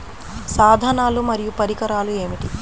సాధనాలు మరియు పరికరాలు ఏమిటీ?